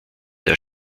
der